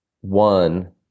one